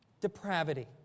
depravity